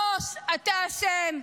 --- אתה הראש, אתה אשם: